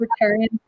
Libertarian